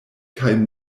kaj